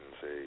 say